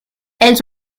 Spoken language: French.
elles